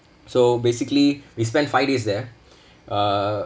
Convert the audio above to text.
so basically we spent five days there uh